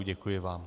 Děkuji vám.